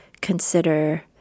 consider